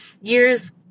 years